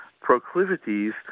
proclivities